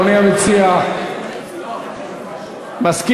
אדוני המציע, מסכים?